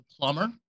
plumber